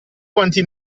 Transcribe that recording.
quanti